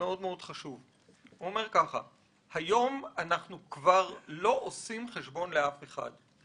"היום אנחנו כבר לא עושים חשבון לאף אחד,